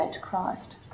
Christ